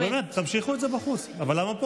המטרה בעצם, למי שלא יודע,